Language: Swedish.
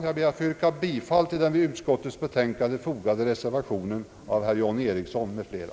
Jag ber att få yrka bifall till den vid utskottets betänkande fogade reservationen av herr John Ericsson m.fl.